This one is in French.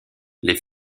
les